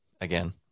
Again